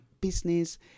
business